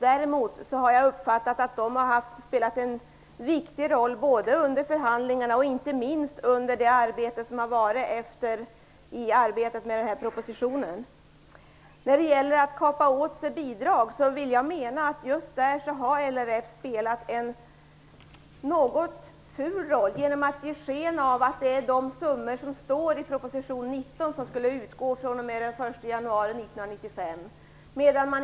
Däremot har jag uppfattat att LRF har spelat en viktig roll, både under förhandlingarna och under arbetet med den här propositionen. När det gäller att kapa åt sig bidrag, menar jag att LRF just där har spelat en ful roll, genom att ge sken av att det är de summor som anges i proposition 19 som skall utgå fr.o.m. den 1 januari 1995.